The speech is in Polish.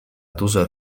dużo